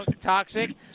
toxic